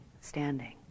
standing